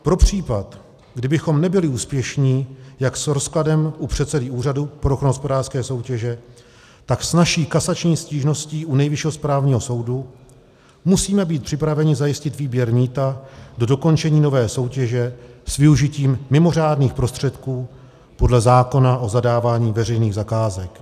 Pro případ, kdybychom nebyli úspěšní jak s rozkladem u předsedy Úřadu pro ochranu hospodářské soutěže, tak s naší kasační stížností u Nejvyššího správního soudu, musíme být připraveni zajistit výběr mýta do dokončení nové soutěže s využitím mimořádných prostředků podle zákona o zadávání veřejných zakázek.